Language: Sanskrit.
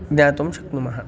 ज्ञातुं शक्नुमः